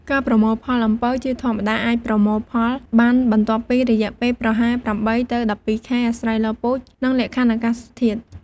ការប្រមូលផល អំពៅជាធម្មតាអាចប្រមូលផលបានបន្ទាប់ពីរយៈពេលប្រហែល ៨ ទៅ ១២ ខែ អាស្រ័យលើពូជ និងលក្ខខណ្ឌអាកាសធាតុ។